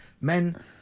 men